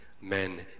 men